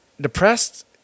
depressed